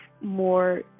more